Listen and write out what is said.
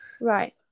Right